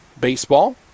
Baseball